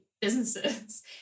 businesses